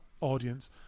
audience